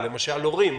למשל הורים,